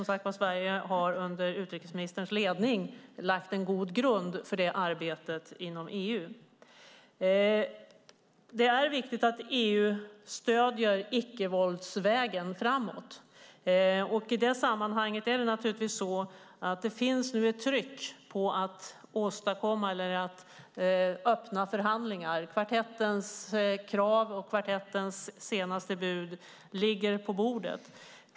Som sagt har Sverige under utrikesministerns ledning lagt en god grund för det arbetet inom EU. Det är viktigt att EU stöder icke-våldsvägen framåt. I det sammanhanget finns det naturligtvis ett tryck på att öppna förhandlingar. Kvartettens krav och kvartettens senaste bud ligger på bordet.